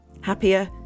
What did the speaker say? happier